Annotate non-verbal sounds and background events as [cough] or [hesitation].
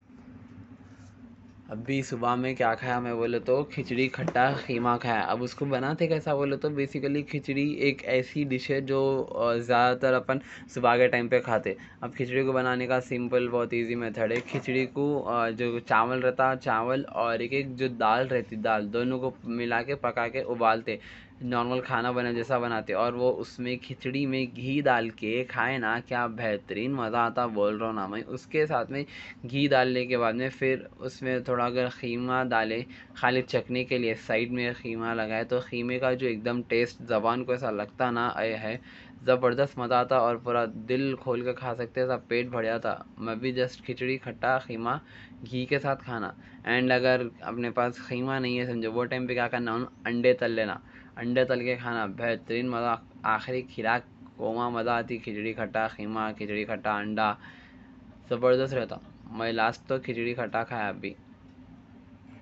ابھی صبح میں کیا کھایا، میں بولتا ہوں کہ کھچڑی کھٹا قیمہ کھایا ہے۔ اب اس کو بناتے کیسا، بولتا ہوں کہ کھچڑی ایک ایسی ڈش ہے جو زیادہ تر ہم صبح کے ٹائم پر کھاتے ہیں۔ اب کھچڑی کو بنانے کا سیمپل بہت ایزی میتھڈ ہے۔ کھچڑی کو جو چاول رہتا ہے، چاول اور جو دال رہتی ہے، [hesitation] دونوں کو ملا کے پکا کے ابالتے ہیں۔ کھچڑی میں گھی ڈال کے کھائیں گے، کیا بہترین مزہ آتا ہے! اس کے ساتھ میں گھی ڈالنے کے بعد پھر اس میں قیمہ ڈالیں، خالی چکنے کے لیے سائیڈ میں قیمہ لگائیں تو قیمے کا جو اکدم ٹیسٹ زبان کو ایسا لگتا، زبردست مزہ آتا۔ اور پورا دل کھول کے کھا سکتے ہیں، پیٹ بھرا تھا۔ مجھے بھی کھچڑی کھٹا قیمہ گھی کے ساتھ کھانا۔ اور اگر اپنے پاس قیمہ نہیں ہے تو وہ وقت پر انڈے تل لینا، انڈے تل کے کھانا، بہترین مزہ۔ کھچڑی کھٹا قیمہ، کھچڑی کھٹا انڈہ، زبردست رہتا۔ میں آخری وقت کھچڑی کھٹا کھایا ابھی۔